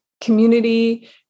community